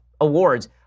awards